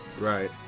Right